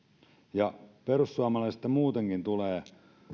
aikaisemmin perussuomalaisilta muutenkin tulee